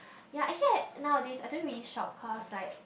ya actually I nowadays I don't really shop cause like